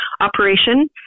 operation